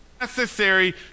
necessary